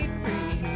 free